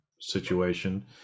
situation